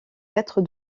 quatre